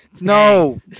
No